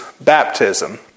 Baptism